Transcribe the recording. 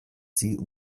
sie